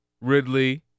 Ridley